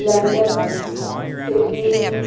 London Sydney